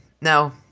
No